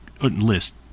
list